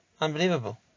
unbelievable